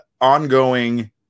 ongoing